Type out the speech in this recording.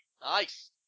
Nice